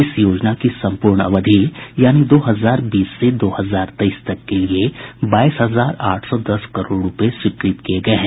इस योजना की संपूर्ण अवधि यानी दो हजार बीस से दो हजार तेईस तक के लिए बाईस हजार आठ सौ दस करोड़ रुपये स्वीकृत किए गए हैं